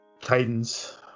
Titans